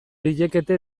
liekete